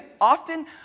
Often